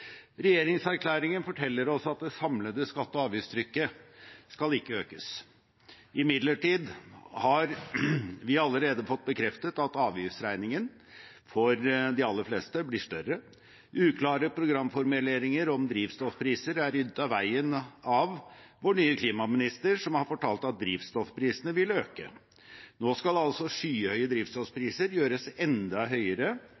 Regjeringserklæringen forteller oss at det samlede skatte- og avgiftstrykket ikke skal økes. Imidlertid har vi allerede fått bekreftet at avgiftsregningen for de aller fleste blir større. Uklare programformuleringer om drivstoffpriser er ryddet av veien av vår nye klimaminister, som har fortalt at drivstoffprisene vil øke. Nå skal altså skyhøye drivstoffpriser gjøres enda høyere,